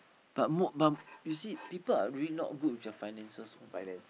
but more but you see people are really not good with their finances one